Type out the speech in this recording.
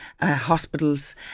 hospitals